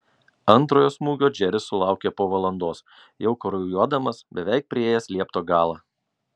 antrojo smūgio džeris sulaukė po valandos jau kraujuodamas beveik priėjęs liepto galą